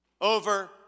over